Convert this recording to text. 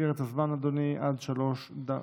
במסגרת הזמן של עד שלוש דקות.